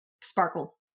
sparkle